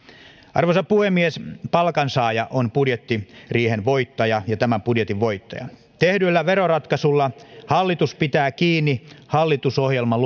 arvoisa puhemies palkansaaja on budjettiriihen voittaja ja tämän budjetin voittaja tehdyllä veroratkaisulla hallitus pitää kiinni hallitusohjelman